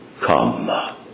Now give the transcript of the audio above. come